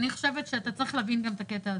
אני חושבת שאתה צריך להבין גם את הקטע הזה.